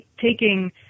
taking